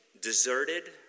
deserted